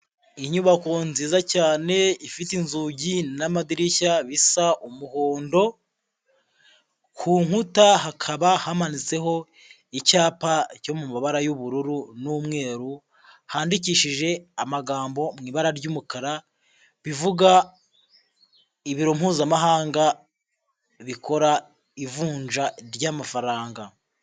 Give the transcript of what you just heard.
Inyubako nziza cyane ifite inzugi n'amadirishya bisa umuhondo, ku nkuta hakaba hamanitseho icyapa cyo mu mabara y'ubururu n'umweru handikishije amagambo mu ibara ry'umukara bivuga ibiro mpuzamahanga bikora ivunja ry'amafaranga.